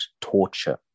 torture